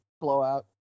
blowout